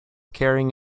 carrying